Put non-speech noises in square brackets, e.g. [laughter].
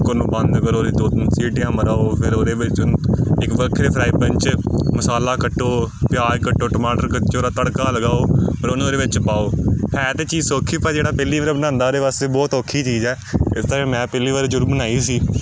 cooker ਬੰਦ ਕਰੋ ਉਹਦੀ ਦੋ ਤਿੰਨ ਸੀਟੀਆਂ ਮਰਾਓ ਫਿਰ ਉਹਦੇ ਵਿੱਚ ਉਹਨੂੰ ਇੱਕ ਵੱਖਰੇ ਫਰਾਈ ਪੈਨ 'ਚ ਮਸਾਲਾ ਕੱਟੋ ਪਿਆਜ਼ ਕੱਟੋ ਟਮਾਟਰ [unintelligible] ਤੜਕਾ ਲਗਾਓ ਫਿਰ ਉਹਨਾਂ ਦੇ ਵਿੱਚ ਪਾਓ ਹੈ ਤਾਂ ਚੀਜ਼ ਸੌਖੀ ਪਰ ਜਿਹੜਾ ਪਹਿਲੀ ਵਾਰ ਬਣਾਉਂਦਾ ਉਹਦੇ ਵਾਸਤੇ ਬਹੁਤ ਔਖੀ ਚੀਜ਼ ਹੈ ਇਸ ਤਰ੍ਹਾਂ ਮੈਂ ਪਹਿਲੀ ਵਾਰੀ ਜਦੋਂ ਬਣਾਈ ਸੀ